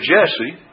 Jesse